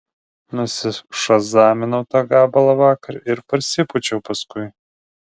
nusišazaminau tą gabalą vakar ir parsipūčiau paskui